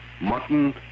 mutton